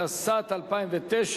התשס"ט 2009,